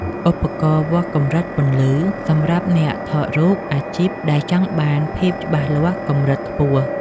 ឧបករណ៍វាស់កម្រិតពន្លឺ សម្រាប់អ្នកថតរូបអាជីពដែលចង់បានភាពច្បាស់លាស់កម្រិតខ្ពស់។